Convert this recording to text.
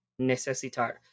necessitar